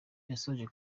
yasoje